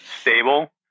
stable